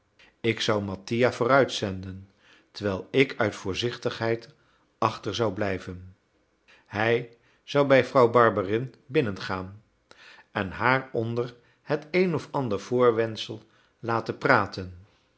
ik zou mattia vooruitzenden terwijl ik uit voorzichtigheid achter zou blijven hij zou bij vrouw barberin binnengaan en haar onder het een of ander voorwendsel laten praten